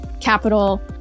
capital